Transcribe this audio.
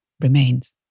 remains